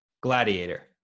Gladiator